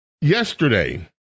Yesterday